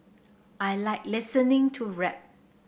I like listening to rap